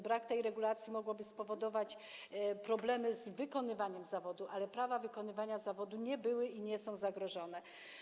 Brak tej regulacji mógłby spowodować problemy z wykonywaniem zawodu, ale prawa wykonywania zawodu nie były i nie są zagrożone.